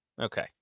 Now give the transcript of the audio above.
Okay